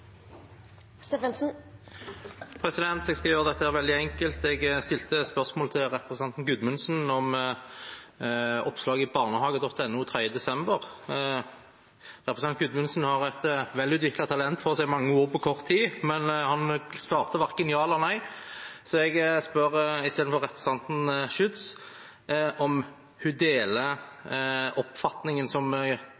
Jeg skal gjøre dette veldig enkelt. Jeg stilte spørsmål til representanten Gudmundsen om oppslag i barnehage.no 3. desember. Representanten Gudmundsen har et velutviklet talent for å si mange ord på kort tid, men han svarte verken ja eller nei, så jeg spør i stedet representanten Schytz om hun deler